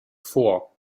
vor